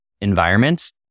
environments